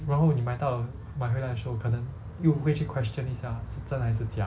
然后你买到了买回来的时候可能又会去 question 一下是真还是假